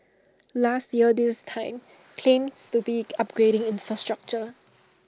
last year this time claims to be upgrading infrastructure